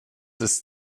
ist